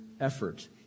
effort